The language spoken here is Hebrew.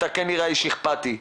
אתה כנראה איש אכפתי,